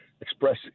express